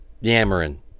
yammering